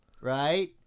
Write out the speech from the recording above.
right